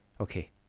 Okay